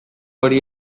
hori